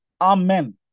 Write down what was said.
Amen